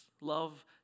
love